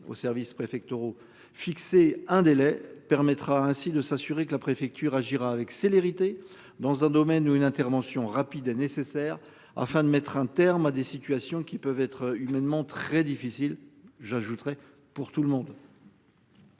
aux services préfectoraux fixé un délai permettra ainsi de s'assurer que la préfecture agira avec célérité dans un domaine où une intervention rapide est nécessaire afin de mettre un terme à des situations qui peuvent être humainement très difficile j'ajouterai pour tout le monde.